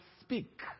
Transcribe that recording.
speak